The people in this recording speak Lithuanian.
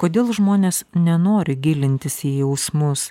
kodėl žmonės nenori gilintis į jausmus